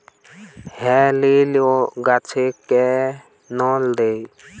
হেলিলিও গাছে ক্যানেল দেয়?